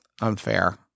Unfair